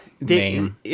name